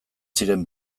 ziren